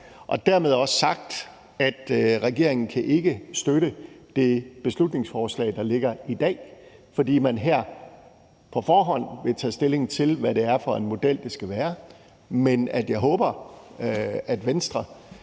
og dermed også sagt, at regeringen ikke kan støtte det beslutningsforslag, der ligger i dag, fordi man her på forhånd vil tage stilling til, hvad det er for en model, der skal være, men jeg håber, at Venstre,